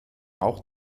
auch